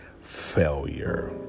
failure